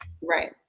Right